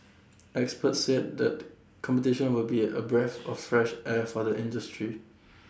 experts said that competition will be A a breath of fresh air for the industry